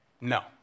No